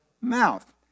Mouth